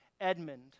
Edmund